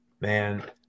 Man